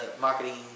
marketing